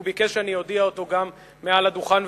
והוא ביקש שאני אודיע אותו גם מעל הדוכן,